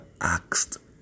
asked